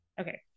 Okay